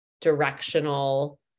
directional